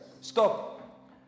Stop